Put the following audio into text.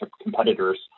competitors